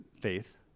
faith